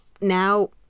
now